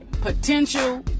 potential